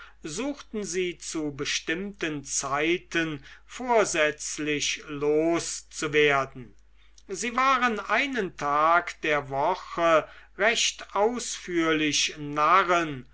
suchten sie zu bestimmten zeiten vorsätzlich loszuwerden sie waren einen tag der woche recht ausführlich narren